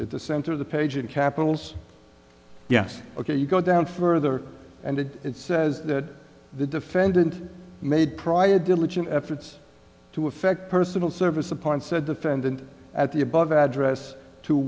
at the center of the page in capitals yes ok you go down further and it says that the defendant made prior diligent efforts to effect personal service upon said defendant at the above address to